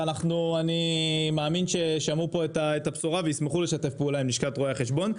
אני מאמין ששמעו פה את הבשורה וישמחו לשתף פעולה עם לשכת רואי החשבון.